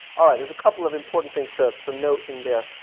all right. there's a couple of important things to, to note in there.